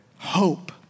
Hope